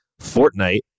Fortnite